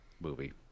movie